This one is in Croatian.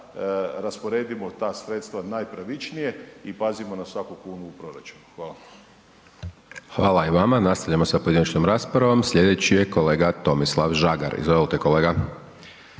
rasporedimo ta sredstva najpravičnije i pazimo na svaku kunu u proračunu. Hvala. **Hajdaš Dončić, Siniša (SDP)** Hvala i vama. Nastavljamo sa pojedinačnom raspravom, slijedeći je kolega Tomislav Žagar, izvolite kolega.